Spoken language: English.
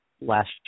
last